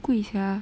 贵 sia